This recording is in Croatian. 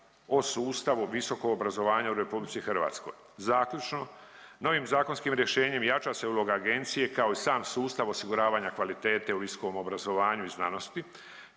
o sustavu visokog obrazovanja u RH. Zaključno, novim zakonskim rješenjem jača se uloga agencije kao i sam sustav osiguravanja kvalitete u visokom obrazovanju i znanosti,